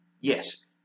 Yes